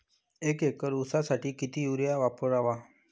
एक एकर ऊसासाठी किती युरिया वापरावा?